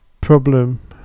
problem